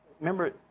remember